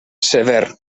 sever